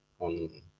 on